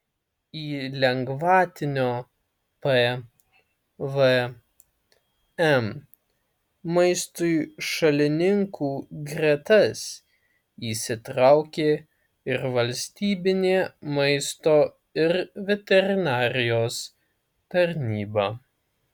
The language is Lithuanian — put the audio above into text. į lengvatinio pvm maistui šalininkų gretas įsitraukė ir valstybinė maisto ir veterinarijos tarnyba